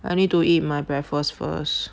I need to eat my breakfast first